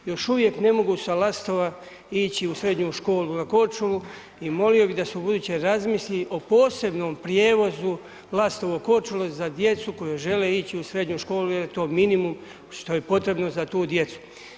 Još uvijek ne mogu sa Lastova ići u srednju školu na Korčulu i molio bi da se ubuduće razmisli o posebnom prijevozu Lastovo-Korčula za djecu koja žele ići u srednju školu jer je to minimum što je potrebno za tu djecu.